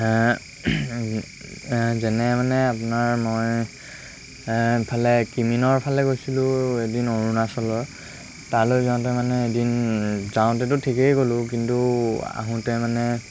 যেনে মানে আপোনাৰ মই এইফালে কিমিনৰফালে গৈছিলোঁ এদিন অৰুণাচলৰ তালৈ যাওঁতে মানে এদিন যাওঁতেতো ঠিকেই গ'লোঁ কিন্তু আহোঁতে মানে